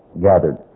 gathered